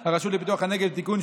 הרשות לפיתוח הנגב ( תיקון,